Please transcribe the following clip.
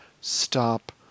stop